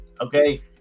okay